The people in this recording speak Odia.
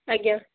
ଆଜ୍ଞା